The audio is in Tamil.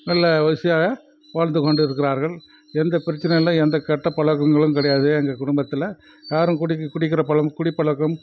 நல்ல வசதியாக வாழ்ந்துக்கொண்டு இருக்கிறார்கள் எந்த பிரச்சினையும் இல்லை எந்த கெட்ட பழக்கங்களும் கிடையாது எங்கள் குடும்பத்தில் யாரும் குடிக் குடிக்கிற பழம் குடிப்பழக்கம்